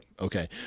Okay